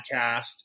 podcast